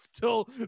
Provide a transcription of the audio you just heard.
till